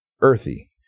earthy